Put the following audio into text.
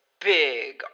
big